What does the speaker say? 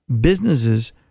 businesses